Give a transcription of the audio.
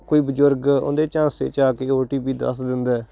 ਕੋਈ ਬਜ਼ੁਰਗ ਉਹਦੇ ਝਾਂਸੇ 'ਚ ਆ ਕੇ ਓਟੀਪੀ ਦੱਸ ਦਿੰਦਾ ਹੈ